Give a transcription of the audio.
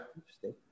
interesting